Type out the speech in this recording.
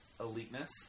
eliteness